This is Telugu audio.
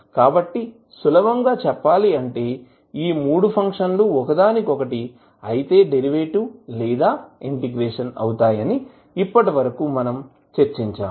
కాబట్టి సులభంగా చెప్పాలి అంటే ఈ 3 ఫంక్షన్ లు ఒకదానికి ఒకటి అయితే డెరివేటివ్ లేదా ఇంటిగ్రేషన్ అవుతాయి అని ఇప్పటివరకు చర్చించాము